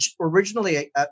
originally